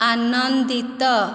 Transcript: ଆନନ୍ଦିତ